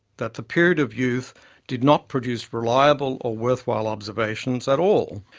that the period of youth did not produce reliable or worthwhile observations at all,